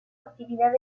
actividad